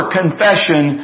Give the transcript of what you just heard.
confession